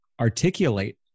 articulate